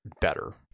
better